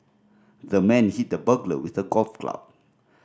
the man hit the burglar with a golf club